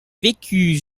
vécu